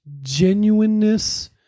genuineness